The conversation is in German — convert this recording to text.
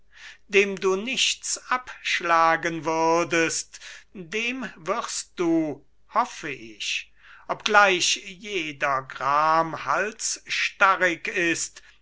dem du nichts abschlagen würdest dem wirst du hoffe ich obgleich jeder gram halsstarrig ist